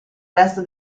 resto